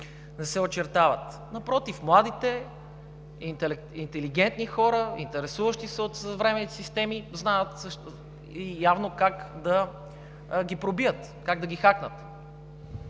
не се очертават. Младите, интелигентни хора, интересуващи се от съвременните системи, явно знаят как да ги пробият, как да ги хакнат.